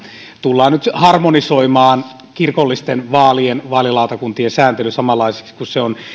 tullaan nyt harmonisoimaan kirkollisten vaalien vaalilautakuntien sääntely samanlaiseksi kuin se on